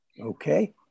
Okay